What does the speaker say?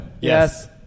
Yes